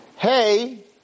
Hey